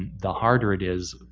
the harder it is,